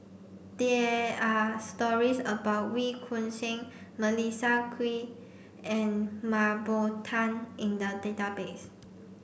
there are stories about Wee Choon Seng Melissa Kwee and Mah Bow Tan in the database